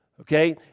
Okay